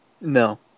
No